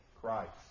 Christ